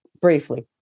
Briefly